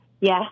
Yes